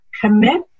commit